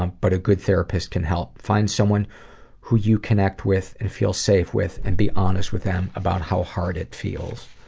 um but a good therapist can help. find someone who you connect with and feel safe with, and be honest with them about how hard it feels.